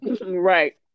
Right